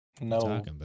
no